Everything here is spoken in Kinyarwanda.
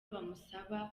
bamusaba